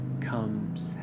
comes